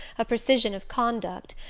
a precision of conduct,